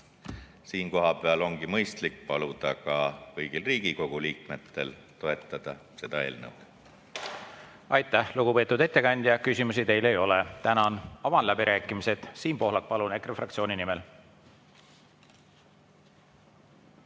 Siinkohal ongi mõistlik paluda kõigil Riigikogu liikmetel toetada seda eelnõu. Aitäh, lugupeetud ettekandja! Küsimusi teile ei ole. Tänan! Avan läbirääkimised. Siim Pohlak, palun, EKRE fraktsiooni nimel.